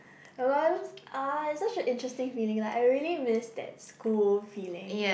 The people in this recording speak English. a lot of it was ah it's such an interesting feeling like I really miss that school feeling